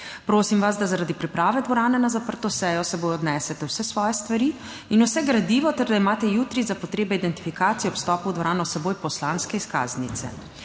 Prosim vas, da zaradi priprave dvorane na zaprto sejo s seboj odnesete vse svoje stvari in vse gradivo ter da imate jutri za potrebe identifikacije ob vstopu v dvorano s seboj poslanske izkaznice.